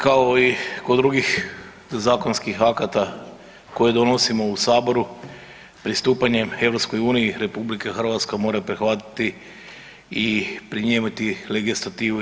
Kao i kod drugih zakonskih akata koje donosimo u saboru pristupanjem EU RH mora prihvatiti i primjenjivati legislativu EU.